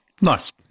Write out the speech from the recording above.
Nice